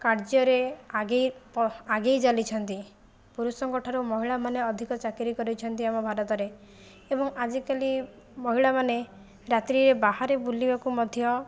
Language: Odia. କାର୍ଯ୍ୟରେ ଆଗେଇ ପ ଆଗେଇ ଚାଲିଛନ୍ତି ପୁରୁଷଙ୍କଠାରୁ ମହିଳାମାନେ ଅଧିକ ଚାକିରି କରିଛନ୍ତି ଆମ ଭାରତରେ ଏବଂ ଆଜିକାଲି ମହିଳାମାନେ ରାତ୍ରିରେ ବାହାରେ ବୁଲିବାକୁ ମଧ୍ୟ